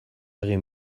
egin